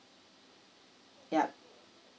yup